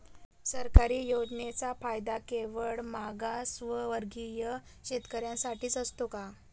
सरकारी योजनांचा फायदा केवळ मागासवर्गीय शेतकऱ्यांसाठीच असतो का?